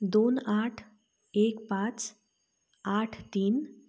दोन आठ एक पाच आठ तीन